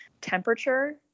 Temperature